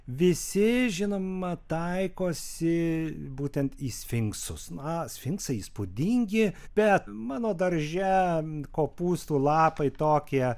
visi žinoma taikosi būtent į sfinksus na sfinksai įspūdingi bet mano darže kopūstų lapai tokie